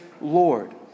Lord